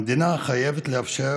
המדינה חייבת לאפשר